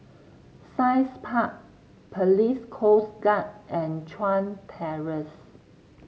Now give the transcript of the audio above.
Science Park Police Coast Guard and Chuan Terrace